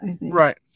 Right